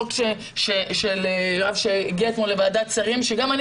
חוק של יואב שהגיע אתמול לוועדת שרים וגם אני